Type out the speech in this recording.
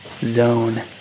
zone